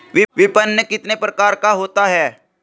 विपणन कितने प्रकार का होता है?